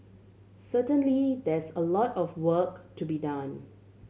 certainly there's a lot of work to be done